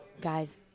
guys